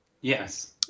yes